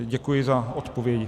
Děkuji za odpovědi.